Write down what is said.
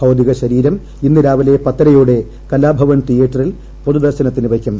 ഭൌതിക ശരീരം ഇന്ന് രാവിലെ പത്തരയോടെ കലാഭവൻ തീയേറ്ററിൽ പൊതുദർശനത്തിന് വയ്ക്കും